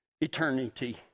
eternity